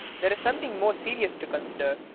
there's something more serious to consider.